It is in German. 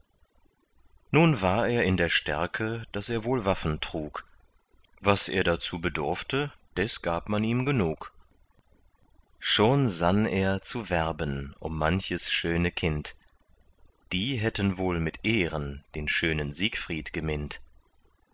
nun war er in der stärke daß er wohl waffen trug was er dazu bedurfte des gab man ihm genug schon sann er zu werben um manches schöne kind die hätten wohl mit ehren den schönen siegfried geminnt